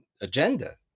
agenda